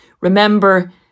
Remember